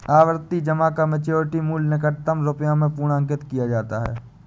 आवर्ती जमा का मैच्योरिटी मूल्य निकटतम रुपये में पूर्णांकित किया जाता है